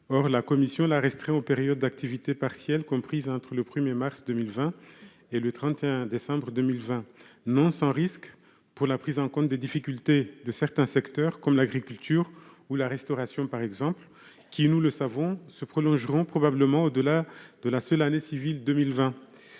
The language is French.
Or la commission l'a restreint aux périodes d'activité partielle comprises entre le 1mars 2020 et le 31 décembre 2020, non sans risque pour la prise en compte des difficultés de certains secteurs comme l'agriculture ou la restauration, qui, nous le savons, se prolongeront probablement au-delà de la seule année civile 2020.